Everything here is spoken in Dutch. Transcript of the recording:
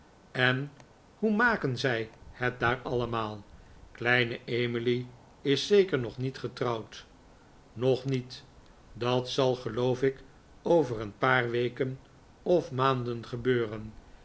en hoe maken zij het daar allemaal kleine emily is zeker nog niet getrouwd nog niet dat zal geloof ik over een paar weken of maanden gebeuren